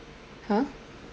!huh!